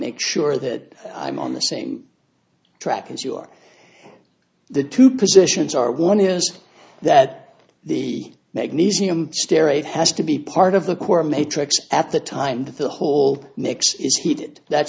make sure that i'm on the same track as you are the two positions are one is that the magnesium steroids has to be part of the core matrix at the time that the whole mix is heated that's